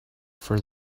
for